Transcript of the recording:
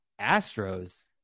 Astros